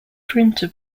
printer